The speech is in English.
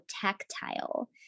tactile